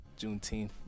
Juneteenth